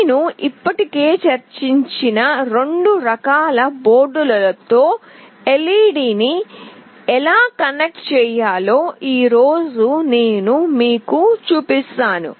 నేను ఇప్పటికే చర్చించిన రెండు రకాల బోర్డులతో LED ని ఎలా కనెక్ట్ చేయాలో ఈ రోజు నేను మీకు చూపిస్తాను